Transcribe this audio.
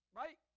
right